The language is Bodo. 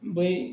बै